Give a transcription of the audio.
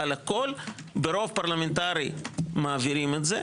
על הכול ברוב פרלמנטרי מעבירים את זה.